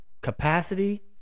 capacity